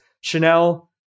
Chanel